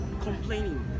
Complaining